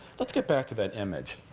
let's get back to that image.